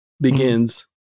begins